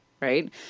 right